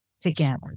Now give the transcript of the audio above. Together